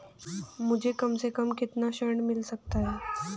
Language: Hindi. मुझे कम से कम कितना ऋण मिल सकता है?